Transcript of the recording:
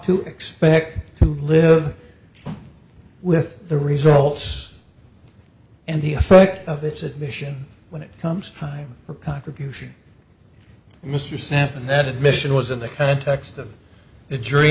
to expect to live with the results and the effect of its admission when it comes time for contribution mr sampson that admission was in the context of the jury